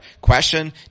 question